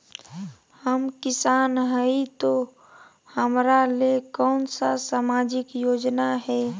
हम किसान हई तो हमरा ले कोन सा सामाजिक योजना है?